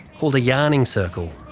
called a yarning circle.